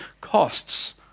costs